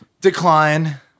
decline